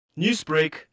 Newsbreak